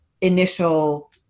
initial